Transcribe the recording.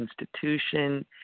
institution